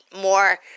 More